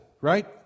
right